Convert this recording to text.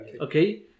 okay